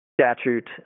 statute